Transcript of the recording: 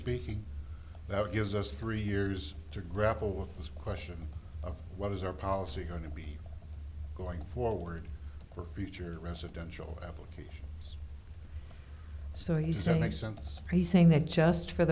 speaking that gives us three years to grapple with this question of what is our policy going to be going forward for future residential application so used to make sense phrasing that just for